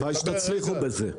הלוואי שתצליחו בזה.